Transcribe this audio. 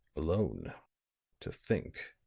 alone to think,